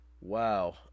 Wow